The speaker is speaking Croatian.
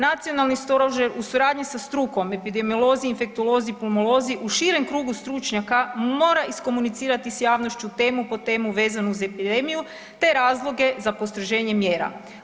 Nacionalni stožer u suradnji sa strukom epidemiolozi, infektolozi, pulmolozi u širem krugu stručnjaka mora iskomunicirati s javnošću temu po temu vezanu uz epidemiju te razloge za postroženje mjera.